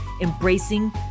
embracing